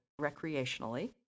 recreationally